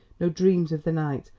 no dreams of the night,